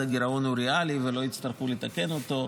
הגירעון הוא ריאלי ולא יצטרכו לתקן אותו,